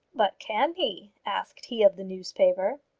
but can he? asked he of the newspaper.